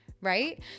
Right